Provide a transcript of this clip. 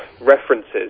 references